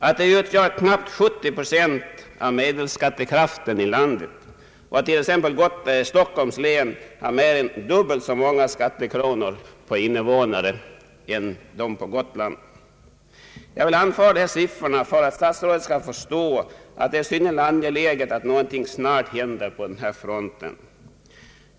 Det utgör knappt 70 procent av medelskattekraften i landet, och t.ex. Stockholms län har mer än dubbelt så många skattekronor per invånare som Gotland. Jag vill anföra dessa siffror för att statsrådet skall förstå, att det är synnerligen angeläget att någonting snart händer på denna front.